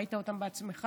ראית אותם בעצמך.